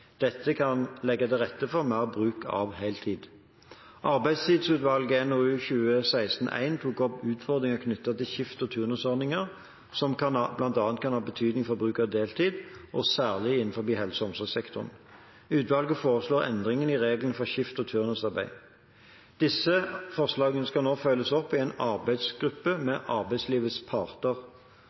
Dette kan legge til rette for mer bruk av heltid. Arbeidstidsutvalget, NOU 2016: 1, tok opp utfordringer knyttet til skift- og turnusordninger som bl.a. kan ha betydning for bruk av deltid, og særlig innenfor helse- og omsorgssektoren. Utvalget foreslo endringer i reglene for skift- og turnusarbeid. Disse forslagene skal nå følges opp i en arbeidsgruppe med arbeidslivets parter.